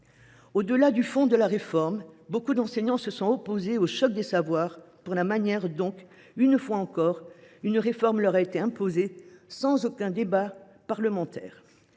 Au delà du fond de la réforme, beaucoup d’enseignants se sont opposés au choc des savoirs, du fait de la manière dont, une fois encore, une réforme leur a été imposée sans aucun débat parlementaire.